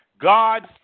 God